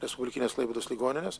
respublikinės klaipėdos ligoninės